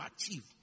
achieve